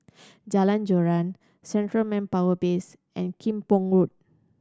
Jalan Joran Central Manpower Base and Kim Pong Road